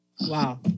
Wow